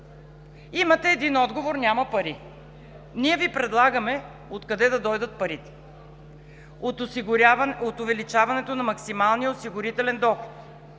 Имате един отговор – няма пари. Ние Ви предлагаме откъде да дойдат парите – от увеличаването на максималния осигурителен доход,